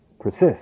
persist